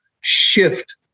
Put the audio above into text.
shift